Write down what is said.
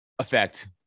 Effect